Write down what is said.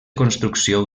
construcció